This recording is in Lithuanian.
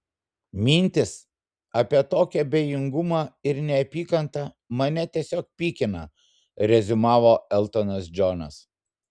mintys apie tokį abejingumą ir neapykantą mane tiesiog pykina reziumavo eltonas džonas